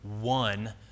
one